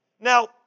now